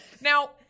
now